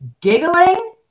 giggling